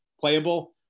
playable